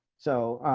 so,